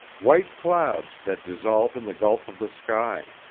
white clouds that dissolve in the gulf of the sky,